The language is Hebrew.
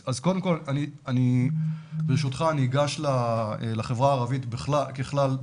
אז קודם, ברשותך, אני אגש לחברה הערבית ככלל.